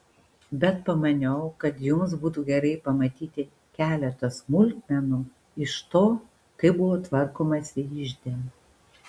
bet pamaniau kad jums būtų gerai pamatyti keletą smulkmenų iš to kaip buvo tvarkomasi ižde